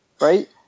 right